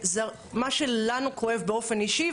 מה שלנו כואב באופן אישי,